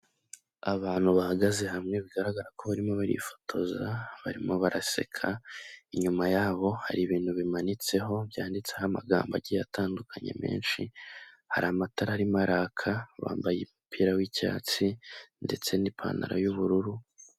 Abantu bahagaze hamwe bigaragara ko barimo barifotoza, barimo baraseka, inyuma yabo hari ibintu bimanitseho byanditseho amagambo ake atandukanye menshi hari amatara arimo araka, bambaye umupira w'icyatsi ndetse n'ipantaro y'ubururu.